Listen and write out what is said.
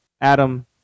Adam